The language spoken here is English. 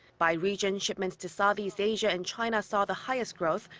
by region, shipments to southeast asia and china saw the highest growth,